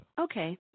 okay